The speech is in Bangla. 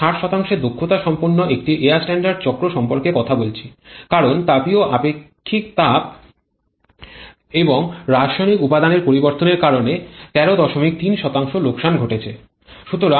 আমরা ৬০ এর দক্ষতা সম্পন্ন একটি এয়ার স্ট্যান্ডার্ড চক্র সম্পর্কে কথা বলছি কারণ তাপীয় আপেক্ষিক তাপ এবং রাসায়নিক উপাদানের পরিবর্তনের কারণে ১৩৩ লোকসান ঘটেছে